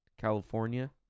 California